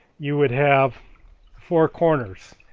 you would have four corners.